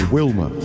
Wilma